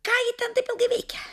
ką ji ten ilgai veikia